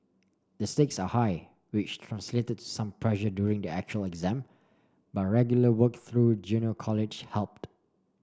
the stakes are high which translated to some pressure during the actual exam but regular work through junior college helped